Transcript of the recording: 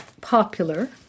popular